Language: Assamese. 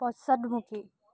পশ্চাদমুখী